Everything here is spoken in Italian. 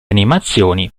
animazioni